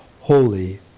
Holy